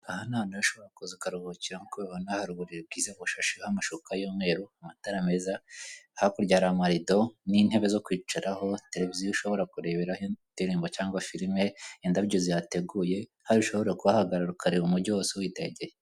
Aha noneho ushobora kuza ukaruhukira nkuko ubibona hari uburi bwiza bushashe amashuka y'umweru amatara meza hakuryara marido n'intebe zo kwicaraho tereviziyo ushobora kurebabera indirimbo cyangwa firime indabyo ziteguye aho ushobora guhahagarara ukareba umujyi wose uyitegeye.